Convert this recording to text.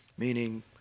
meaning